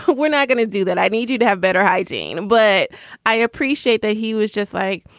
we're not going to do that. i need you to have better hygiene but i appreciate that he was just like,